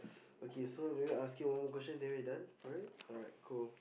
okay so maybe I ask you one more question then we done for it alright cool